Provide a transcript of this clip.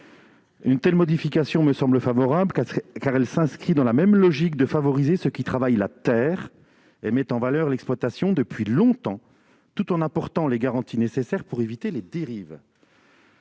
Une telle modification me semble souhaitable, car elle s'inscrit dans la logique retenue par la commission : favoriser ceux qui travaillent la terre et mettent en valeur l'exploitation depuis longtemps tout en apportant les garanties nécessaires pour éviter les dérives.